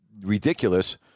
ridiculous